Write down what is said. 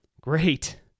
Great